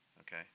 Okay